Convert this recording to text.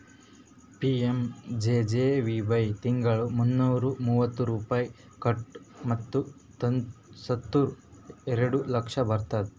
PMJJBY ತಿಂಗಳಾ ಮುನ್ನೂರಾ ಮೂವತ್ತು ರೂಪಾಯಿ ಕಟ್ಬೇಕ್ ಮತ್ ಸತ್ತುರ್ ಎರಡ ಲಕ್ಷ ಬರ್ತುದ್